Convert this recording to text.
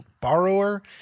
borrower